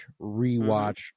rewatch